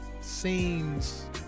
seems